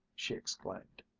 she exclaimed.